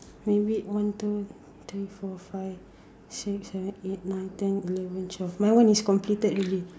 eh wait one two three four five six seven eight nine ten eleven twelve my one is completed already